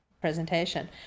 presentation